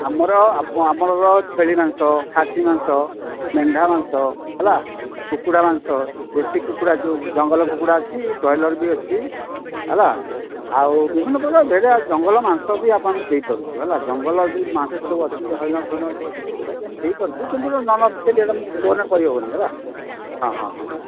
ଆମର ଆମର ଛେଳି ମାଂସ ଖାସି ମାଂସ ମେଣ୍ଢା ମାଂସ ହେଲା କୁକୁଡ଼ା ମାଂସ ଦେଶୀ କୁକୁଡ଼ା ଯେଉଁ ଜଙ୍ଗଲ କୁକୁଡ଼ା ଅଛି ବ୍ରଏଲର୍ ବି ଅଛି ହେଲା ଆଉ ବିଭିନ୍ନପ୍ରକାର ଜଙ୍ଗଲ ମାଂସ ବି ଆପଣଙ୍କୁ ଆମେ ଦେଇପାରୁଛୁ ହେଲା ଜଙ୍ଗଲରେ ଯେଉଁ ମାଂସ ସବୁ ଅଛି ହରିଣ ଫରିଣ ଯେଉଁ ଅଛନ୍ତି ଏଗୁଡ଼ା ବି ଆମେ ଦେଇପାରୁଛୁ କିନ୍ତୁ ଏଗୁଡ଼ା ନନ୍ ଅଫିସିଆଲି ଏଗୁଡ଼ା ମୁଁ ଫୋନ୍ରେ କହି ହେବନି ହେଲା ହଁ ହଁ ହଁ ହଁ